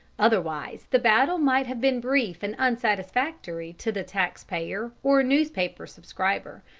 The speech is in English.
otherwise the battle might have been brief and unsatisfactory to the tax-payer or newspaper subscriber,